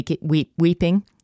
weeping